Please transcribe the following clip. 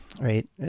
Right